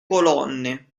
colonne